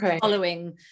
following